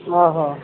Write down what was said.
ଓଃ